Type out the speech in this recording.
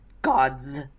gods